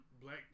Black